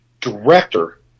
director